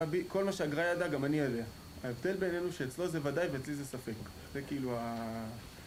אבי, כל מה שהגר"א ידע, גם אני יודע. ההבדל בינינו שאצלו זה ודאי ואצלי זה ספק. זה כאילו ה...